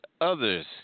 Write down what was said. other's